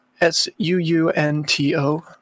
S-U-U-N-T-O